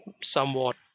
somewhat